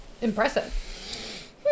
impressive